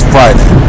Friday